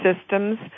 systems